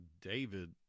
David